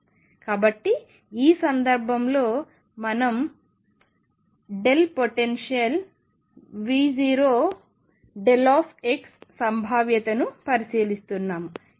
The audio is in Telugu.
కాబట్టి ఈ సందర్భంలో మనం potential V0δ సంభావ్యతను పరిశీలిస్తున్నాము